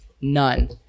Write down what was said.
None